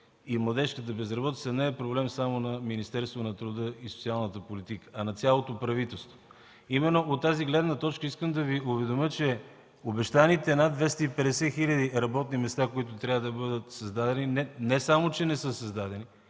и младежката, не е проблем само на Министерството на труда и социалната политика, а на цялото правителство. Именно от тази гледна точка искам да Ви уведомя, че обещаните над 250 хиляди работни места, които трябва да бъдат създадени, не само че не са създадени,